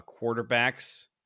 quarterbacks